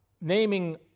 naming